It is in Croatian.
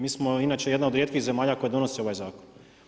Mi smo inače jedna o rijetkih zemalja koje donose ovaj zakon.